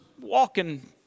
walking